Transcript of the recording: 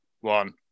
one